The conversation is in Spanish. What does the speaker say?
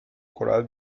coral